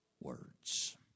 words